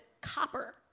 copper